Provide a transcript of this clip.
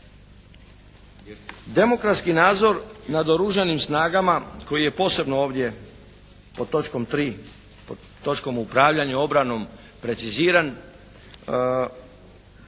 Demokratski nadzor nad Oružanim snagama koji je posebno ovdje pod točkom 3. pod točkom Upravljanja obranom preciziran